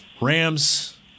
Rams